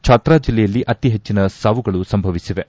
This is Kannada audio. ಛಾತ್ರಾ ಜಲ್ಲೆಯಲ್ಲಿ ಅತಿ ಹೆಚ್ಚಿನ ಸಾವುಗಳು ಸಂಭವಿಸಿವೆ